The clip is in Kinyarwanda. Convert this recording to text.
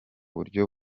buryo